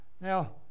Now